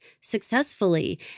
successfully